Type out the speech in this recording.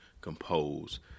compose